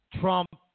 Trump